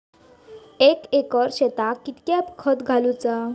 एक एकर शेताक कीतक्या खत घालूचा?